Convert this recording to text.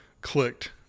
clicked